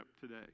today